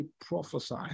prophesy